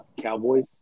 Cowboys